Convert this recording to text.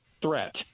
threat